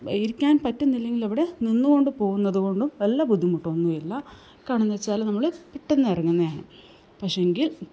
ഇരിക്കാൻ പറ്റുന്നില്ലെങ്കിൽ അവിടെ നിന്നുകൊണ്ട് പോവുന്നത് കൊണ്ടും വലിയ ബുദ്ധിമുട്ടൊന്നും ഇല്ല കാരണമെന്നുവെച്ചാല് നമ്മള് പെട്ടെന്ന് ഇറങ്ങുന്നതാണ് പക്ഷേങ്കിൽ